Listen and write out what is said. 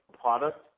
product